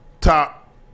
top